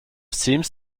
seems